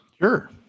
Sure